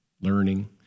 learning